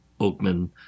oakman